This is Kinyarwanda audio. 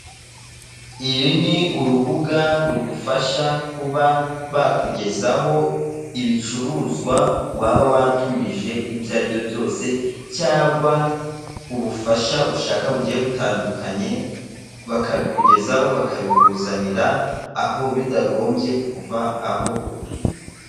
Iri ni urubuga rugufasha kuba bakugezaho ibicuruzwa waba watumije ibyo ari byo byose, cyangwa ubufasha ushaka bugiye butandukanye, bakabikugezaho bakabikuzanira aho bitagombye kuva aho uri.